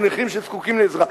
או נכים שזקוקים לעזרה,